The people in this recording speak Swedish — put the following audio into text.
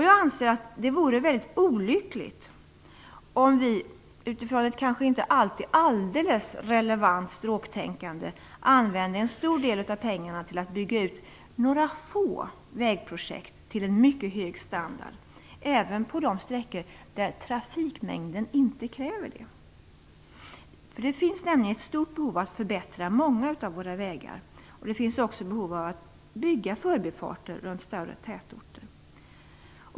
Jag anser att det vore väldigt olyckligt om vi, utifrån ett kanske inte alltid alldeles relevant stråktänkande, använde ett stor del av pengarna till att bygga ut några få vägprojekt till en mycket hög standard, även när det gäller sträckor där trafikmängden inte kräver det. Det finns nämligen ett stort behov av att förbättra många av våra vägar. Det finns också behov av att bygga förbifarter runt större tätorter.